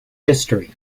history